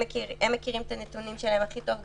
הם מכירים את הנתונים שלהם הכי טוב,